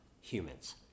humans